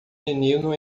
menino